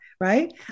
right